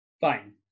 Fine